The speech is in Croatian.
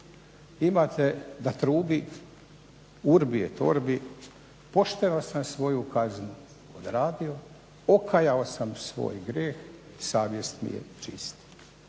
imate da trubi urbi et orbi pošteno sam svoju kaznu odradio, okaljao sam svoj grijeh, savjest mi je čista.